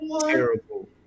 terrible